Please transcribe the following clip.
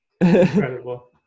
Incredible